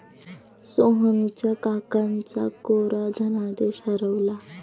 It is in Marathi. सोहनच्या काकांचा कोरा धनादेश हरवला